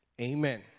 Amen